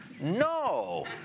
no